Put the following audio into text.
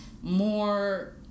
more